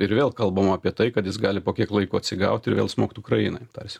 ir vėl kalbama apie tai kad jis gali po kiek laiko atsigaut ir vėl smogt ukrainai tarsi